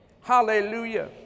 hallelujah